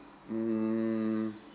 mm